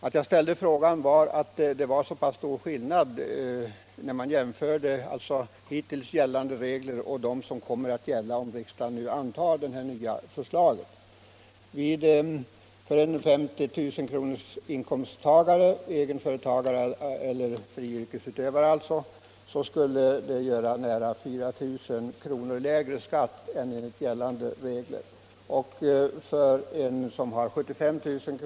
Att jag ställde frågan berodde på att det är stor skillnad mellan hittills — gällande regler och de regler som kommer att gälla om riksdagen nu Om information till antar det nya förslaget. För en 50 000-kronorsinkomsttagare — egenföföretagare beträfretagare eller yrkesutövare — skulle det medföra nära 4 000 kr. lägre skatt — fande ändrade än enligt gällande regler. För en inkomsttagare som tjänar 75 000 kr.